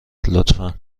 لطفا